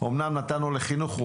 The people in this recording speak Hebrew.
אמנם נתנו לחינוך,